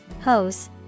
Hose